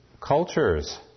cultures